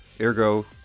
ergo